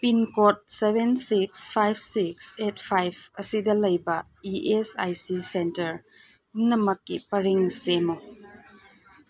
pincode seven six five six eight five ꯑꯁꯤꯗ ꯂꯩꯕ E S I C centre ꯄꯨꯝꯅꯃꯛꯀꯤ ꯄꯔꯤꯡ ꯁꯦꯝꯃꯨ